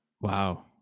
Wow